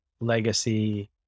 legacy